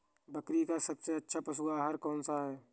बकरी का सबसे अच्छा पशु आहार कौन सा है?